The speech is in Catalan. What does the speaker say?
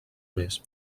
més